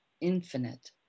infinite